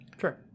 Sure